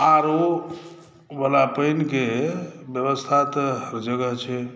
आर ओवला पानिके बेबस्था तऽ हर जगह छै